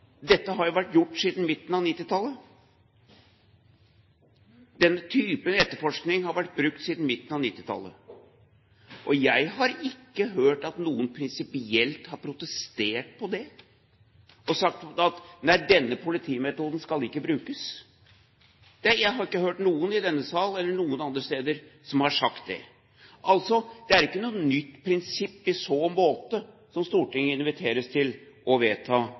dette har vært gjort siden midten av 1990-tallet, at denne type etterforskning har vært brukt siden midten av 1990-tallet. Jeg har ikke hørt at noen prinsipielt har protestert mot det og sagt at denne politimetoden ikke skal brukes. Jeg har ikke hørt noen i denne sal eller andre steder som har sagt det. Det er altså ikke noe nytt prinsipp i så måte som Stortinget inviteres til å vedta